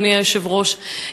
אדוני היושב-ראש,